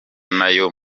nayo